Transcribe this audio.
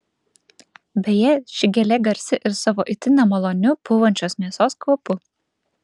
beje ši gėlė garsi ir savo itin nemaloniu pūvančios mėsos kvapu